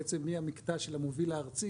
בעצם מהמקטע של המוביל הארצי